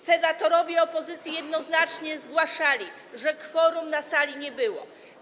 Senatorowie opozycji jednoznacznie zgłaszali, że kworum na sali nie było.